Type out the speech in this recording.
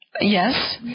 Yes